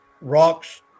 rocks